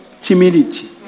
timidity